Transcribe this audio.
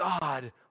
God